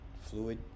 fluid